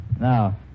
Now